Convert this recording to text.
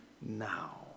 now